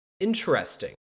Interesting